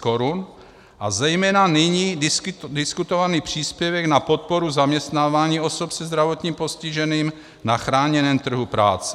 korun, a zejména nyní diskutovaný příspěvek na podporu zaměstnávání osob se zdravotním postižením na chráněném trhu práce.